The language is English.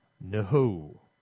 no